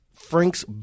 Frank's